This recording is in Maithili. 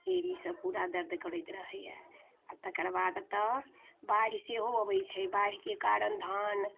एड़ी सभ पूरा दर्द करैत रहैय आओर तकर बाद तऽ बाढ़ि सेहो अबै छै बाढ़िके कारण धान